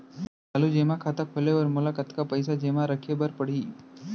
चालू जेमा खाता खोले बर मोला कतना पइसा जेमा रखे रहे बर पड़ही?